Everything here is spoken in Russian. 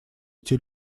эти